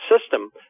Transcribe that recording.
system